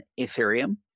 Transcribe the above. Ethereum